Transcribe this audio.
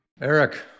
Eric